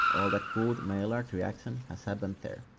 all that good maillard reaction has happened there.